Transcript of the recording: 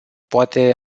poate